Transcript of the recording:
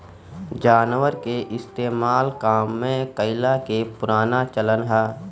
जानवर के इस्तेमाल काम में कइला के पुराना चलन हअ